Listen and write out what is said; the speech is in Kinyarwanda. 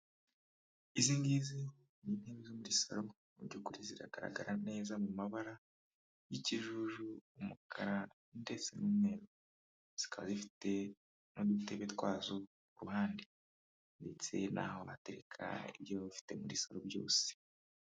Izi ngizi ni intebe zo muri salo mu by'ukuri ziragaragara neza mu mabara y'ikijuju umukara ndetse n'umweru zikaba zifite n'udutebe twazo ku mpande ndetse n'aho batereka ibyo bafite muri salo byose.